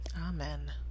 Amen